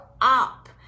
up